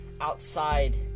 outside